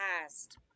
past